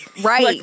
Right